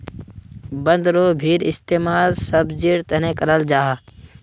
बन्द्गोभीर इस्तेमाल सब्जिर तने कराल जाहा